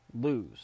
lose